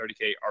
30k